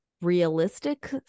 realistic